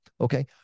Okay